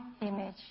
image